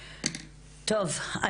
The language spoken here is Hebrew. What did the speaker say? טוב.